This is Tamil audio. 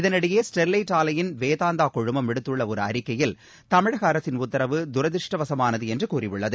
இதனிடையே ஸ்டெர்லைட் ஆவையின் வேதாந்தா குழுமம் விடுத்துள்ள ஒரு அறிக்கையில் தமிழக அரசின் உத்தரவு துரதிருஷ்டவசமானது என்று கூறியுள்ளது